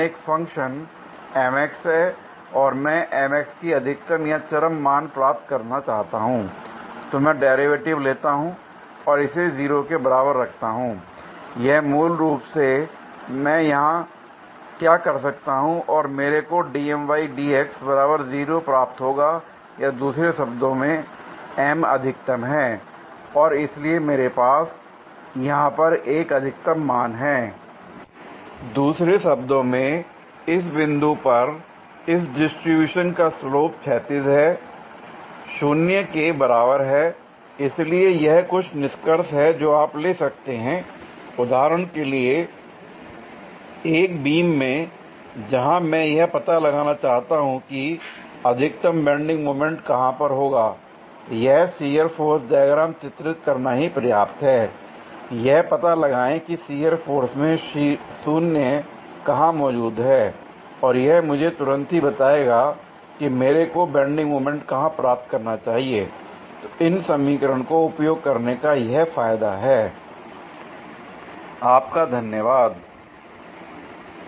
यहां एक फंक्शन है और मैं की अधिकतम या चरम मान प्राप्त करना चाहता हूं तो मैं डेरिवेटिव लेता हूं और इसे 0 के बराबर रखता हूं l और यह मूल रूप से मैं यहां क्या कर सकता हूं और मेरे को प्राप्त होगा या दूसरे शब्दों में M अधिकतम है और इसलिए मेरे पास यहां पर अधिकतम मान हैं l दूसरे शब्दों में इस बिंदु पर इस डिसटीब्यूशन का स्लोप क्षैतिज है 0 के बराबर है l इसलिए यह कुछ निष्कर्ष हैं जो आप ले सकते हैं l उदाहरण के लिए एक बीम में जहां मैं यह पता लगाना चाहता हूं कि अधिकतम बेंडिंग मोमेंट कहां पर होगा यह शियर फोर्स डायग्राम चित्रित करना ही पर्याप्त है यह पता लगाएं कि शियर फोर्स में 0 कहां मौजूद है l और यह मुझे तुरंत ही बताएगा कि मेरे को बेंडिंग मोमेंट कहां प्राप्त करना चाहिए l तो इन समीकरण को उपयोग करने का यह फायदा है l आपका धन्यवाद l